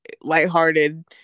lighthearted